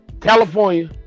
California